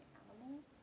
animals